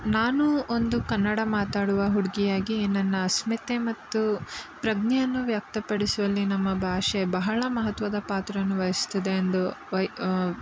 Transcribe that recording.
ನಾನು ಒಂದು ಕನ್ನಡ ಮಾತಾಡುವ ಹುಡುಗಿಯಾಗಿ ನನ್ನ ಅಸ್ಮಿತೆ ಮತ್ತು ಪ್ರಜ್ಞೆಯನ್ನು ವ್ಯಕ್ತಪಡಿಸುವಲ್ಲಿ ನಮ್ಮ ಭಾಷೆ ಬಹಳ ಮಹತ್ವದ ಪಾತ್ರವನ್ನು ವಹಿಸ್ತದೆ ಎಂದು ವೈ